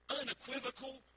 unequivocal